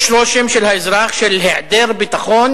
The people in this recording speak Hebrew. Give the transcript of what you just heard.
יש רושם של האזרח, של היעדר ביטחון